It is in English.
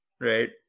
Right